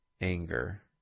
anger